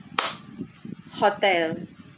hotel